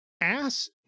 ass